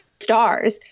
stars